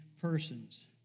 persons